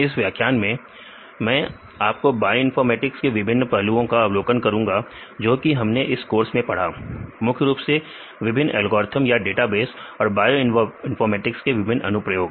इस व्याख्यान में मैं आपको बायोइनफॉर्मेटिक्स के विभिन्न पहलुओं का अवलोकन करूंगा जो कि हमने इस कोर्स में पड़ा मुख्य रूप से विभिन्न एल्गोरिथ्म या डेटाबेस और बायोइनफॉर्मेटिक्स के विभिन्न अनुप्रयोग